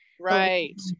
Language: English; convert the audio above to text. Right